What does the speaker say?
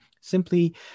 simply